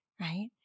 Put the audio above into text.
right